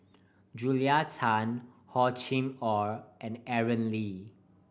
Julia Tan Hor Chim Or and Aaron Lee